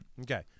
Okay